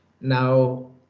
Now